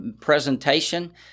presentation